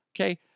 okay